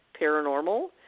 Paranormal